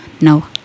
no